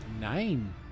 Nine